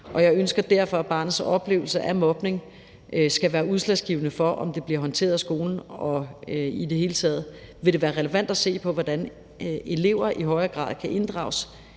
Jeg ønsker derfor, at barnets oplevelse af mobning skal være udslagsgivende for, om det bliver håndteret af skolen, og i det hele taget vil det være relevant at se på, hvordan elever i højere grad kan inddrages